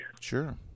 Sure